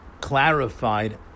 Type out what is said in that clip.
clarified